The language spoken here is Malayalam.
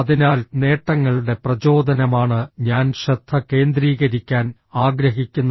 അതിനാൽ നേട്ടങ്ങളുടെ പ്രചോദനമാണ് ഞാൻ ശ്രദ്ധ കേന്ദ്രീകരിക്കാൻ ആഗ്രഹിക്കുന്നത്